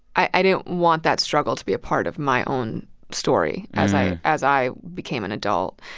i i didn't want that struggle to be a part of my own story as i as i became an adult.